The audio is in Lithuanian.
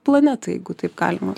planetai jeigu taip galima